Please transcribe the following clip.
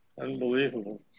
Unbelievable